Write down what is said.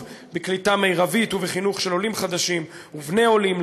בקליטה מרבית ובחינוך של עולים חדשים ובני עולים,